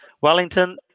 Wellington